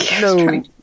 No